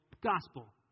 gospel